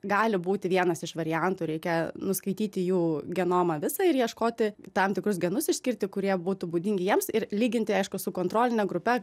gali būti vienas iš variantų reikia nuskaityti jų genomą visą ir ieškoti tam tikrus genus išskirti kurie būtų būdingi jiems ir lyginti aišku su kontroline grupe